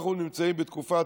אנחנו נמצאים בתקופה,